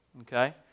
okay